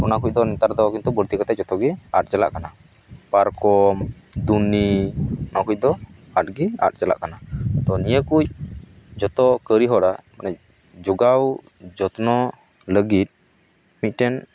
ᱚᱱᱟ ᱠᱚᱫᱚ ᱱᱮᱛᱟᱨ ᱫᱚ ᱠᱤᱱᱛᱩ ᱵᱟᱹᱲᱛᱤ ᱠᱟᱛᱮ ᱡᱚᱛᱚ ᱜᱮ ᱟᱫ ᱪᱟᱞᱟᱜ ᱠᱟᱱᱟ ᱯᱟᱨᱠᱚᱢ ᱫᱩᱱᱤ ᱱᱚᱣᱟ ᱠᱚᱫᱚ ᱟᱫᱜᱮ ᱟᱫ ᱪᱟᱞᱟᱜ ᱠᱟᱱᱟ ᱛᱚ ᱱᱤᱭᱟᱹ ᱠᱚ ᱡᱚᱛᱚ ᱠᱟᱹᱨᱤ ᱦᱚᱲᱟᱜ ᱢᱟᱱᱮ ᱡᱚᱜᱟᱣ ᱡᱚᱛᱱᱚ ᱞᱟᱹᱜᱤᱫ ᱢᱤᱫᱴᱮᱱ